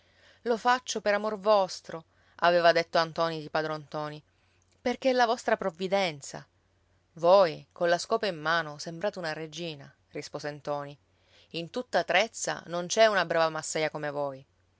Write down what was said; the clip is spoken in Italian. lo faccio per amor vostro aveva detto a ntoni di padron ntoni perché è la vostra provvidenza voi colla scopa in mano sembrate una regina rispose ntoni in tutta trezza non c'è una brava massaia come voi